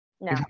No